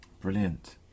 Brilliant